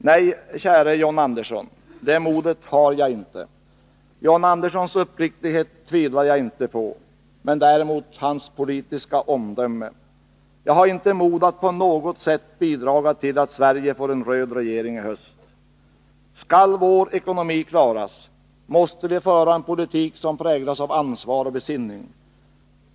Nej, käre John Andersson, det modet har jag inte. John Anderssons uppriktighet tvivlar jag inte på, men däremot på hans politiska omdöme. Jag har inte mod att på något sätt bidraga till att Sverige får en röd regering i höst. Skall vår ekonomi klaras, måste vi föra en politik som präglas av ansvar och besinning.